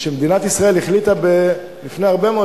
שמדינת ישראל החליטה לפני הרבה מאוד